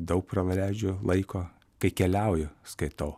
daug praleidžiu laiko kai keliauju skaitau